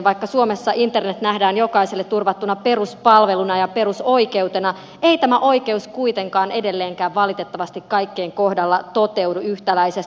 vaikka suomessa internet nähdään jokaiselle turvattuna peruspalveluna ja perusoikeutena ei tämä oikeus kuitenkaan edelleenkään valitettavasti kaikkien kohdalla toteudu yhtäläisesti